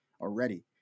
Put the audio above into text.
already